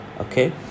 Okay